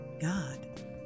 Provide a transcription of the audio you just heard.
God